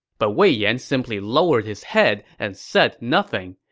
but wei yan simply lowered his head and said nothing,